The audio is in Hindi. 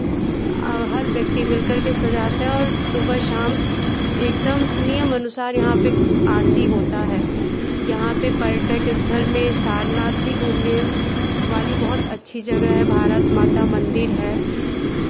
हर व्यक्ति मिलकर के सजाता है और सुबह शाम एकदम नियम अनुसार यहाँ पे आरती होता है यहाँ पे पर्यटक स्थल में सारनाथ भी घूमने वाली बहुत अच्छी जगह है भारत माता मंदिर है